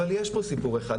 אבל יש פה סיפור אחד,